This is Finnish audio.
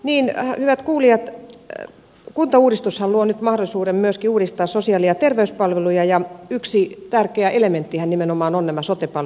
niin hyvät kuulijat kuntauudistushan luo nyt mahdollisuuden myöskin uudistaa sosiaali ja terveyspalveluja ja yksi tärkeä elementtihän nimenomaan ovat nämä sote palvelut